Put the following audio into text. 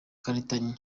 karitanyi